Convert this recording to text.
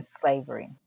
slavery